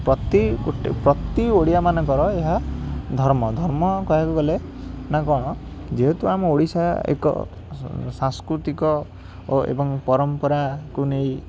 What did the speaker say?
ପ୍ରତିଗୋଟି ପ୍ରତି ଓଡ଼ିଆମାନଙ୍କର ଏହା ଧର୍ମ ଧର୍ମ କହିବାକୁ ଗଲେ ନା କ'ଣ ଯେହେତୁ ଆମ ଓଡ଼ିଶା ଏକ ସାଂସ୍କୃତିକ ଓ ଏବଂ ପରମ୍ପରା କୁ ନେଇ